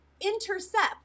intercept